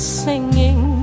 singing